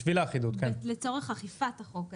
לצורך אכיפת החוק.